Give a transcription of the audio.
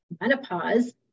menopause